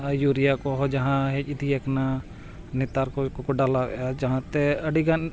ᱟᱨ ᱤᱭᱩᱨᱤᱭᱟ ᱠᱚᱦᱚᱸ ᱡᱟᱦᱟᱸ ᱦᱮᱡ ᱤᱫᱤᱭᱟᱠᱟᱱᱟ ᱱᱮᱛᱟᱨ ᱠᱚᱜᱮ ᱠᱚ ᱰᱟᱞᱟᱣᱮᱜᱼᱟ ᱡᱟᱦᱟᱸᱛᱮ ᱟᱹᱰᱤ ᱜᱟᱱ